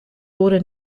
wurde